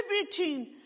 contributing